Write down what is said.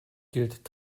gilt